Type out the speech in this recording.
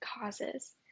causes